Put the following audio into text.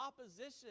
opposition